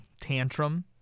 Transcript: tantrum